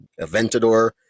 Aventador